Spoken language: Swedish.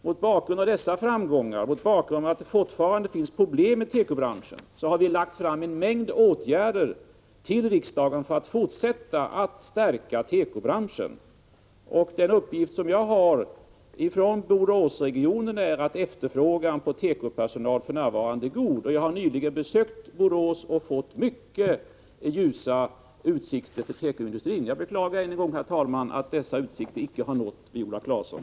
Mot bakgrund av dessa framgångar och mot bakgrund av att det fortfarande finns problem inom tekobranschen har vi för riksdagen lagt fram förslag om en mängd åtgärder för att även fortsättningsvis stärka tekobranschen, Enligt den uppgift som jag har från Boråsregionen är efterfrågan på tekopersonal för närvarande god. Jag har också nyligen besökt Borås och fått höra att utsikterna för tekoindustrin är mycket ljusa. Herr talman! Jag beklagar än en gång att detta inte har nått Viola Claesson.